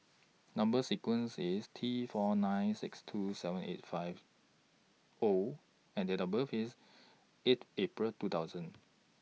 Number sequence IS T four nine six two seven eight five O and Date of birth IS eight April two thousand